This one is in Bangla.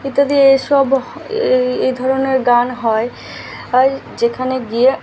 ইত্যাদি এসব এ এ ধরনের গান হয় হয় যেখানে গিয়ে